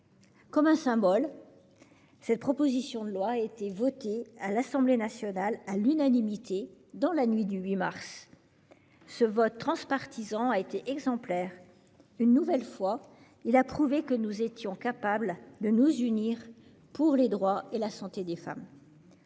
Comme un symbole, cette proposition de loi a été votée à l'unanimité à l'Assemblée nationale dans la nuit du 8 mars. Ce vote transpartisan a été exemplaire. Une nouvelle fois, il a prouvé que nous étions capables de nous unir pour les droits et la santé des femmes.